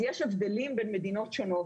אם כן, יש הבדלים בין מדינות שונות.